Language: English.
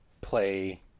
play